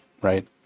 Right